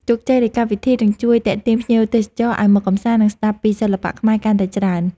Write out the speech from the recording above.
ជោគជ័យនៃកម្មវិធីនឹងជួយទាក់ទាញភ្ញៀវទេសចរឱ្យមកកម្សាន្ត និង ស្គាល់ពីសិល្បៈខ្មែរកាន់តែច្រើន។